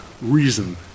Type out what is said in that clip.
reason